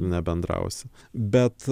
nebendrausi bet